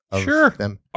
Sure